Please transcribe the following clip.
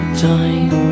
time